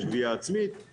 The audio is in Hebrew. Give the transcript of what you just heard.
יש גבייה עצמית,